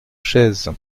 chaise